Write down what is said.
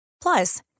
Plus